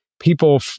people